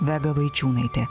vega vaičiūnaitė